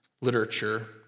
literature